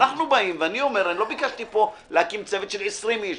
לא ביקשתי להקים צוות של 20 איש.